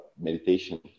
meditation